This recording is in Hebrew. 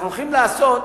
אנחנו הולכים לעשות